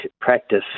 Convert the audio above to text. practice